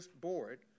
board